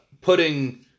putting